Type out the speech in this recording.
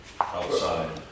outside